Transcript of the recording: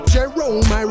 Jerome